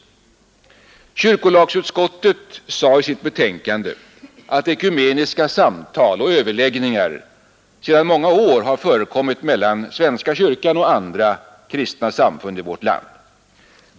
Kyrkolagsutskottet sade i sitt betänkande att ekumeniska samtal och överläggningar sedan många år förekommit mellan svenska kyrkan och andra kristna samfund i vårt land.